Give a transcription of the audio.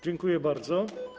Dziękuję bardzo.